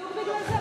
בדיוק בגלל זה,